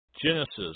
Genesis